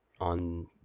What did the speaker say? on